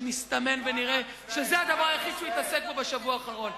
שמסתמן ונראה שזה הדבר היחיד שהוא התעסק בו בשבוע האחרון.